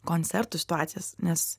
koncertų situacijas nes